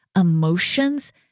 emotions